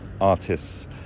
artists